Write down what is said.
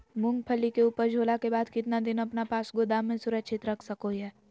मूंगफली के ऊपज होला के बाद कितना दिन अपना पास गोदाम में सुरक्षित रख सको हीयय?